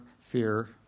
fear